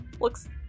looks